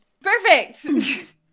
Perfect